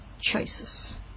choices